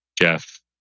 Jeff